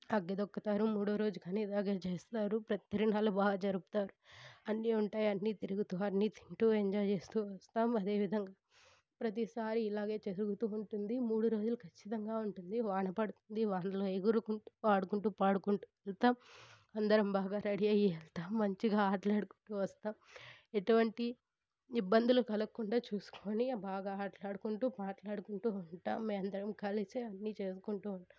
అగ్గి తొక్కుతారు మూడో రోజు ఘనీదాగిలి చేస్తారు తిరణాలు బాగా జరుపుతారు అన్నీ ఉంటాయి అన్నీ తిరుగుతూ అన్నీ తింటూ ఎంజాయ్ చేస్తూ వస్తాం అదేవిధంగా ప్రతిసారి ఇలాగే జరుగుతు ఉంటుంది మూడు రోజులు ఖచ్చితంగా ఉంటుంది వాన పడుతుంది వానలో ఎగురుకుంటూ ఆడుకుంటూ పాడుకుంటూ ఉంటాం అందరం బాగా రెడీ అయ్యి వెళతాం మంచిగా ఆటలు ఆడుకుంటూ వస్తాం ఎటువంటి ఇబ్బందులు కలగకుండా చూసుకొని బాగా ఆటలాడుకుంటూ పాటలాడుకుంటూ ఉంటాం మేం అందరం కలిసి అన్ని చేసుకుంటూ ఉంటాం